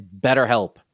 BetterHelp